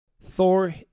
Thor